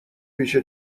پیش